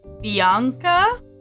Bianca